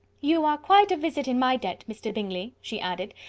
you are quite a visit in my debt, mr. bingley, she added,